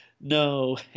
no